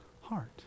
heart